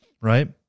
right